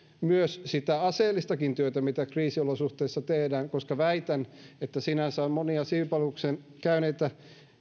myös sitä aseellistakin työtä mitä kriisiolosuhteissa tehdään koska väitän että sinänsä on monia siviilipalveluksen käyneitä